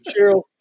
Cheryl